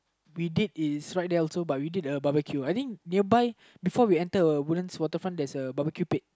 we did is right there also but we did is a barbecue I think nearby before we enteruhWoodlands-Waterfront there's a barbecue pit